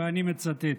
ואני מצטט: